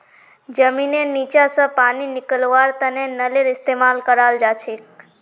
जमींनेर नीचा स पानी निकलव्वार तने नलेर इस्तेमाल कराल जाछेक